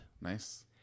Nice